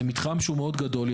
זה מתחם שהוא מאוד גדול.